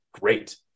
great